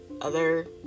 other-